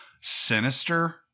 sinister